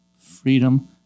freedom